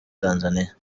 tanzania